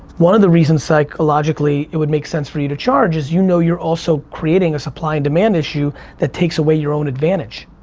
one of the reasons psychologically it would make sense for you to charge is you know you're also creating a supply and demand issue that takes away your own advantage.